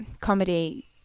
comedy